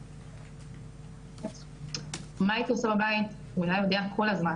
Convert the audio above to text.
וזה לא בגלל שהייתי צריכה שיעקבו אחריי.